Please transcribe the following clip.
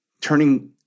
Turning